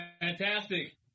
fantastic